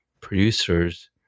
Producers